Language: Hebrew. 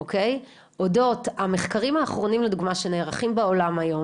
אודות המחקרים האחרונים לדוגמא שנערכים בעולם היום